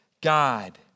God